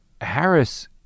Harris